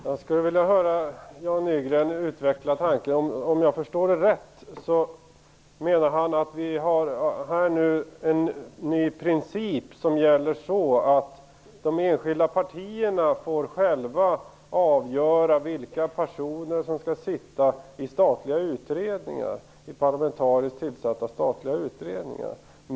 Herr talman! Jag skulle vilja höra Jan Nygren utveckla detta. Om jag förstår honom rätt menar han att vi här har en ny princip som innebär att de enskilda partierna själva får avgöra vilka personer som skall sitta i parlamentariskt tillsatta statliga utredningar.